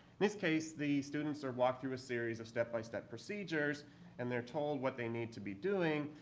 this case, the students are walked through a series of step-by-step procedures and they're told what they need to be doing.